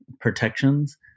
protections